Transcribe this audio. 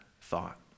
thought